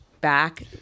back